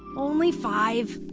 only five.